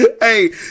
Hey